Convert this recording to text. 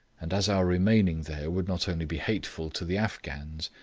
and as our remaining there would not only be hateful to the afghans,